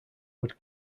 would